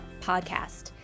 podcast